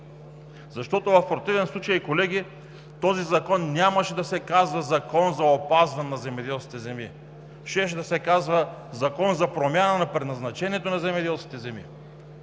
Защото в противен случай, колеги, този закон нямаше да се казва „Закон за опазване на земеделските земи“, щеше да се казва „Закон за промяна на предназначението на земеделските земи“